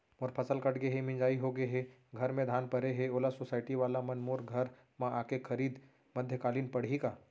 मोर फसल कट गे हे, मिंजाई हो गे हे, घर में धान परे हे, ओला सुसायटी वाला मन मोर घर म आके खरीद मध्यकालीन पड़ही का?